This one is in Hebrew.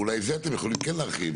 ואולי זה אתם יכולים כן להרחיב.